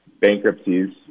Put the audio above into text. bankruptcies